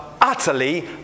utterly